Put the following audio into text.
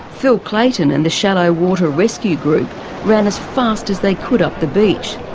phil clayton and the shallow water rescue group ran as fast as they could up the beach,